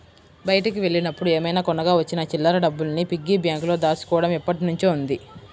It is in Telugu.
బయటికి వెళ్ళినప్పుడు ఏమైనా కొనగా వచ్చిన చిల్లర డబ్బుల్ని పిగ్గీ బ్యాంకులో దాచుకోడం ఎప్పట్నుంచో ఉంది